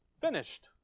finished